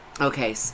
Okay